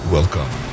Welcome